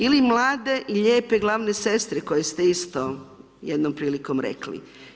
Ili mlade lijepe glavne sestre koje ste isto jednom prilikom rekli.